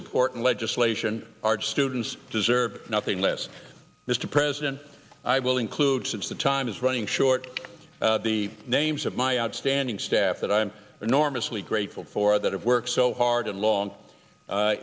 important legislation our students deserve nothing less mr president i will include since the time is running short the names of my outstanding staff that i'm enormously grateful for that have worked so hard and long a